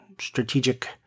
strategic